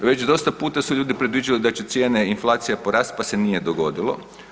Već dosta puta su ljudi predviđali da će cijene inflacija porasti pa se nije dogodilo.